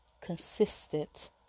consistent